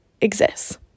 exists